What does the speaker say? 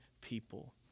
people